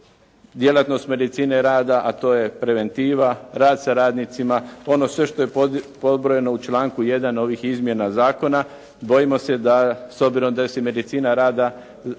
djelatnost medicine rada, a to je preventiva, rad s radnicima, ono sve što je pobrojeno u članku 1. ovih izmjena zakona. Bojimo se da s obzirom medicina rada